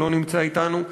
שלא נמצא אתנו.